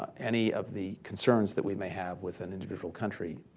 um any of the concerns that we may have with an individual country,